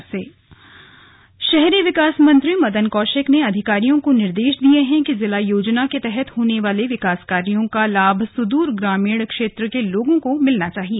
slug बैठक हल्द्वानी शहरी विकास मंत्री मदन कौशिक ने अधिकारियों को निर्देश दिये हैं कि जिला योजना के तहत होने वाले विकास कार्यो का लाभ सुदूर ग्रामीण क्षेत्र के लोगों को मिलना चाहिए